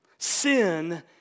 Sin